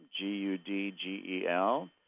G-U-D-G-E-L